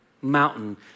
mountain